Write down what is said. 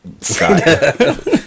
Scott